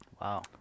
Wow